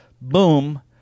boom